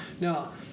Now